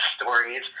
stories